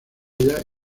ellas